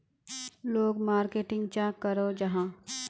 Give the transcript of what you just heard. लोग मार्केटिंग चाँ करो जाहा?